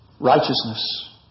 Righteousness